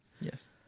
Yes